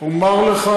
אומר לך